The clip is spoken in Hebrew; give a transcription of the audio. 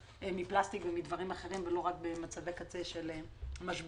מפלסטיק ומדברים אחרים ולא רק במצבי קצה של משברים.